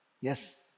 Yes